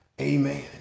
Amen